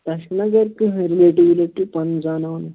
تۄہہِ چھَو نا گَرٕ کٕہٕنٛۍ رِلیٹِو وِلیٹِو پَنُن زانان وانان